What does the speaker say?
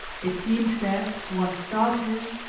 it seemed that, once started,